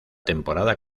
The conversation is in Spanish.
temporada